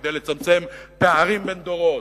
כדי לצמצם פערים בין דורות.